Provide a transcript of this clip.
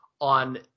on